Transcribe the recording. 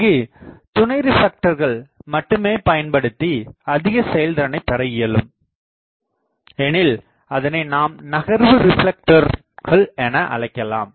இங்கு துணைரிப்லெக்டர்கள் மட்டுமே பயன்படுத்தி அதிக செயல்திறனை பெற இயலும் எனில் அதனை நாம் நகர்வு ரிப்லெக்டர்கள் என அழைக்கலாம்